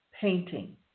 Painting